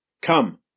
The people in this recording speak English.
Come